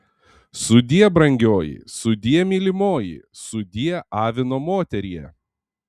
sudie brangioji sudie mylimoji sudie avino moterie